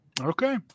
Okay